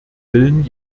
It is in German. willen